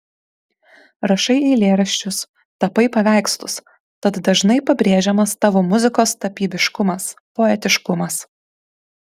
rašai eilėraščius tapai paveikslus tad dažnai pabrėžiamas tavo muzikos tapybiškumas poetiškumas